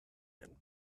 and